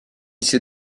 ses